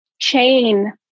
chain